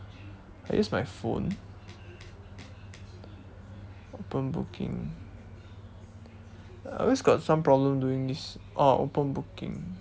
I used my phone open booking I always got some problem doing this oh open booking